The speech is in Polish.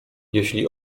jeśli